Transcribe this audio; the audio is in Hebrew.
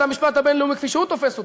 המשפט הבין-לאומי כפי שהוא תופס אותו,